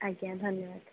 ଆଜ୍ଞା ଧନ୍ୟବାଦ